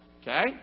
Okay